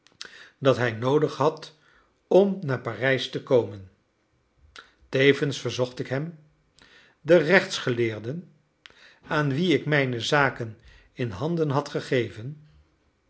dat hij noodig had om naar parijs te komen tevens verzocht ik hem de rechtsgeleerden aan wie ik mijne zaken in handen had gegeven